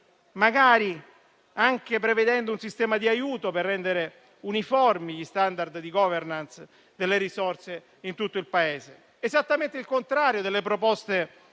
magari anche prevedendo un sistema di aiuto per rendere uniformi gli *standard* di *governance* delle risorse in tutto il Paese. Esattamente il contrario delle proposte